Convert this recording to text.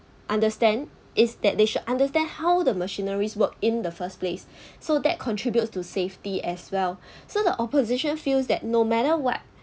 understand is that they should understand how the machineries work in the first place so that contributes to safety as well so the opposition feels that no matter what